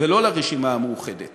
ולא לרשימה המאוחדת